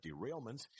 derailments